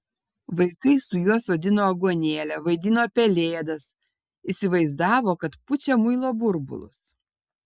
vaikai su juo sodino aguonėlę vaidino pelėdas įsivaizdavo kad pučia muilo burbulus